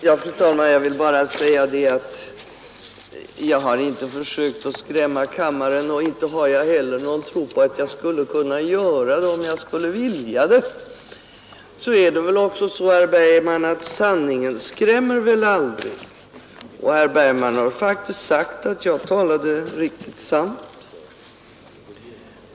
Fru talman! Jag vill bara säga att jag inte har försökt att skrämma kammaren, och inte heller har jag någon tilltro till att kunna göra det, om jag också ville. Dessutom är det väl så, herr Bergman, att sanningen aldrig skrämmer; och herr Bergman har ju faktiskt själv sagt att jag talade riktigt sant.